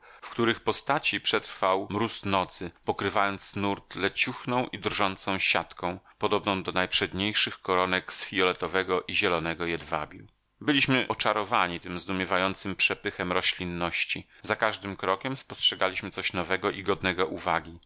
w których postaci przetrwała mróz nocy pokrywając nurt leciuchną i drżącą siatką podobną do najprzedniejszych koronek z fijoletowego i zielonego jedwabiu byliśmy oczarowani tym zdumiewającym przepychem roślinności za każdym krokiem spostrzegaliśmy coś nowego i godnego uwagi